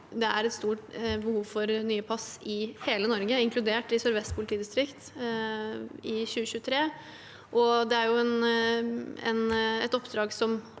det er et stort behov for nye pass i hele Norge, inkludert i Sør-Vest politidistrikt, i 2023. Det er et oppdrag